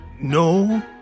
No